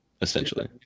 Essentially